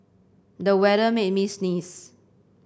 the weather made me sneeze